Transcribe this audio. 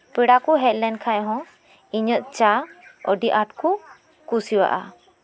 ᱯᱮᱲᱟ ᱠᱚ ᱦᱮᱡ ᱞᱮᱱ ᱠᱷᱟᱡ ᱦᱚᱸ ᱤᱧᱟᱹᱜ ᱪᱟ ᱟᱰᱤ ᱟᱸᱴ ᱠᱚ ᱠᱩᱥᱤᱣᱟᱜᱼᱟ